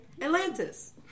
Atlantis